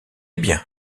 bien